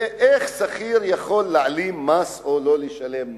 איך שכיר יכול להעלים מס או לא לשלם מס?